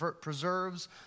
preserves